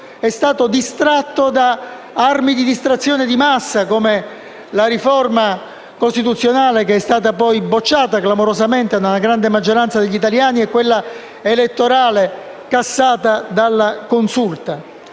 è stato sviato da "armi di distrazione di massa", come la riforma costituzionale, che è stata poi bocciata clamorosamente dalla grande maggioranza degli italiani, e quella elettorale, cassata dalla Consulta.